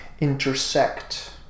intersect